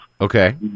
Okay